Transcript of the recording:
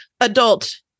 adult